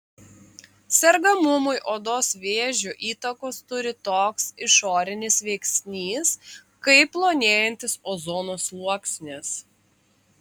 sergamumui odos vėžiu įtakos turi toks išorinis veiksnys kaip plonėjantis ozono sluoksnis